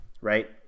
right